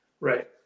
right